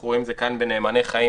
אנחנו רואים את זה כאן ב"נאמני חיים",